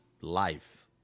life